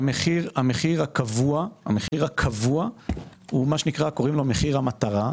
המחיר הקבוע קוראים לו מחיר המטרה.